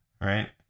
right